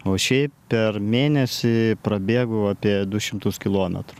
o šiaip per mėnesį prabėgu apie du šimtus kilometrų